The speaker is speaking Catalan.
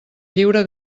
lliure